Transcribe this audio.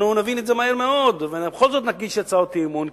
אנחנו נבין את זה מהר מאוד ובכל זאת נגיש הצעות אי-אמון,